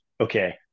okay